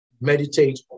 meditate